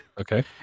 okay